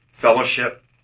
fellowship